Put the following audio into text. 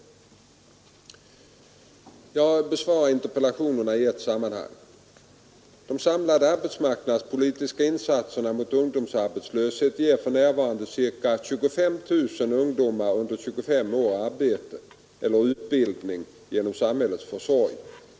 Jag besvarar interpellationerna i ett sammanhang. De samlade arbetsmarknadspolitiska insatserna mot ungdomsarbetslösheten ger för närvarande cirka 25 000 ungdomar under 25 år arbete eller utbildning genom samhällets försorg.